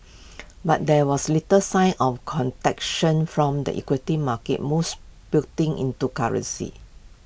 but there was little sign of conduction from the equity market moves building into currencies